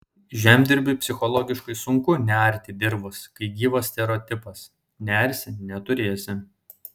žemdirbiui psichologiškai sunku nearti dirvos kai gyvas stereotipas nearsi neturėsi